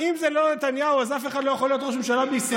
אם זה לא נתניהו אז אף אחד לא יכול להיות ראש ממשלה בישראל?